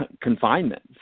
confinement